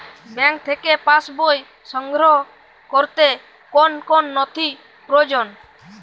Bank থেকে pass বই সংগ্রহ করতে কোন কোন নথি প্রয়োজন?